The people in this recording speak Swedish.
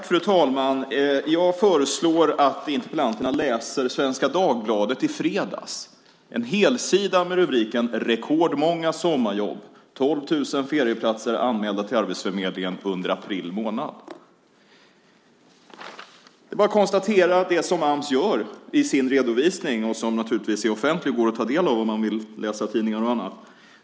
Fru talman! Jag föreslår att interpellanterna läser Svenska Dagbladet från i fredags. Där är en helsida med rubriken: Rekordmånga sommarjobb, 12 000 ferieplatser anmälda till arbetsförmedlingen under april månad. Det är bara att konstatera det som Ams gör i sin redovisning, som naturligtvis är offentlig och går att ta del av om man vill läsa tidningar och annat.